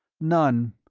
none.